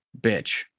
bitch